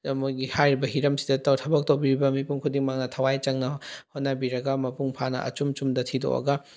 ꯑꯗꯨ ꯃꯣꯏꯒꯤ ꯍꯥꯏꯔꯤꯕ ꯍꯤꯔꯝꯁꯤꯗ ꯊꯕꯛ ꯇꯧꯕꯤꯕ ꯃꯤꯄꯨꯝ ꯈꯨꯗꯤꯡꯃꯛꯅ ꯊꯋꯥꯏ ꯆꯪꯅ ꯍꯣꯠꯅꯕꯤꯔꯒ ꯃꯄꯨꯡ ꯐꯥꯅ ꯑꯆꯨꯝ ꯆꯨꯝꯗ ꯊꯤꯗꯣꯛꯑꯒ